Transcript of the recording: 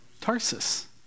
Tarsus